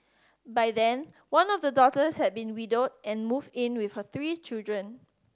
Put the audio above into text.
by then one of the daughters had been widowed and moved in with her three children